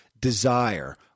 desire